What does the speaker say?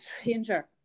stranger